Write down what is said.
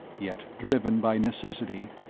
yet driven by necessity,